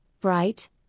bright